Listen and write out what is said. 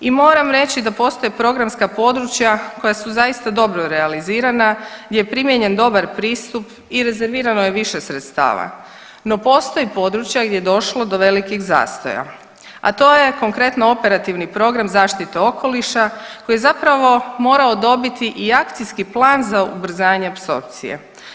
I moram reći da postoje programska područja koja su zaista dobro realizirana gdje je primijenjen dobar pristup i rezervirano je više sredstava, no postoje područje gdje je došlo do velikih zastoja, a to je konkretno operativni program Zaštita okoliša koji je zapravo morao dobiti i Akcijski plan za ubrzanje apsorpcije.